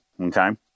Okay